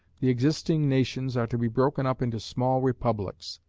the existing nations are to be broken up into small republics,